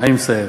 אני מסיים.